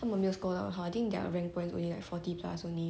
他们没有 score 到好好 think their rank points only forty plus only